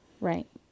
right